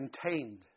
contained